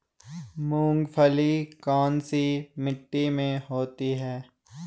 मूंगफली कौन सी मिट्टी में होती है?